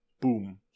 boom